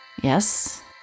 Yes